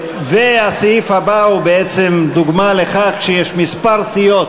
הסעיף הבא הוא דוגמה לכך שיש כמה סיעות